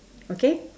okay